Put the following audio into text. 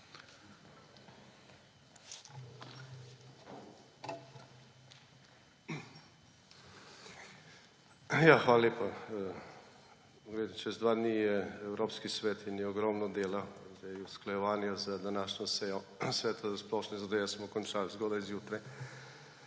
Hvala lepa. Čez dva dni je Evropski svet in je ogromno dela, usklajevanje z današnjo sejo Sveta za splošne zadeve smo končali zgoraj zjutraj.